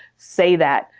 say that,